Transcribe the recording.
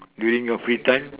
during your free time